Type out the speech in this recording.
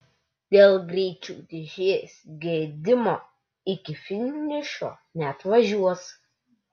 dėl greičių dėžės gedimo iki finišo neatvažiuos